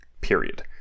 period